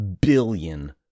billion